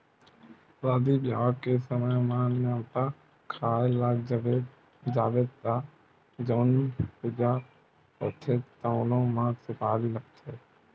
सादी बिहाव के समे म, नेवता खाए ल जाबे त जउन पूजा होथे तउनो म सुपारी लागथे